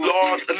Lord